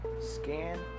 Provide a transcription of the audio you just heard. Scan